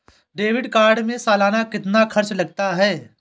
Debit card में सालाना कितना खर्च लगता है?